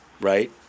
Right